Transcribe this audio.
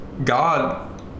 God